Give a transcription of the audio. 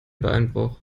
beinbruch